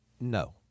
No